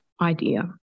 idea